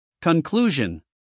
Conclusion